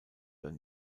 ein